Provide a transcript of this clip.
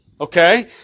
Okay